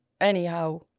anyhow